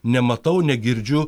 nematau negirdžiu